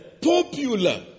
popular